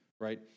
right